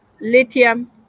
lithium